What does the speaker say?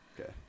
okay